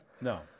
No